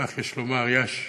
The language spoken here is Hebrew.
כך יש לומר, יאש.